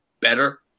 better